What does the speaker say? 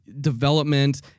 development